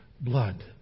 blood